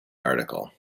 article